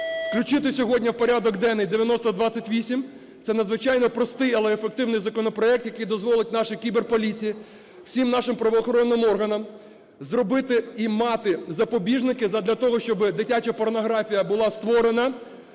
включити сьогодні в порядок денний 9028. Це надзвичайно простий, але ефективний законопроект, який дозволить нашій кіберполіції, всім нашим правоохоронним органам зробити і мати запобіжники задля того, щоби дитяча порнографія була створена,